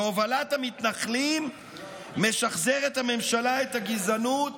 בהובלת המתנחלים משחזרת הממשלה את הגזענות